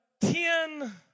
ten